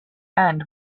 end